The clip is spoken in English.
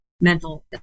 mental